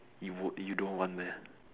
you would you don't want meh